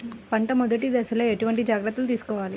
పంట మెదటి దశలో ఎటువంటి జాగ్రత్తలు తీసుకోవాలి?